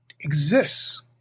exists